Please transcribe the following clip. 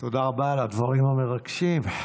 רבה על הדברים המרגשים.